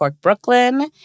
Brooklyn